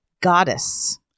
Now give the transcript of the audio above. Goddess